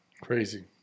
Crazy